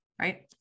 right